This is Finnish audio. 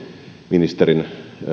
ministerin